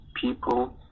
people